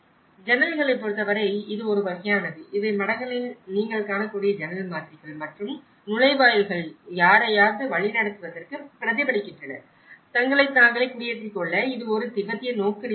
ஜன்னல்களைப் பொறுத்தவரை இது ஒரு வகையானது இவை மடங்களில் நீங்கள் காணக்கூடிய ஜன்னல் மாதிரிகள் மற்றும் நுழைவாயில்கள் யாரையாவது வழிநடத்துவதற்கு பிரதிபலிக்கின்றன தங்களைத் தாங்களே குடியேற்றிக் கொள்ள இது ஒரு திபெத்திய நோக்குநிலை ஆகும்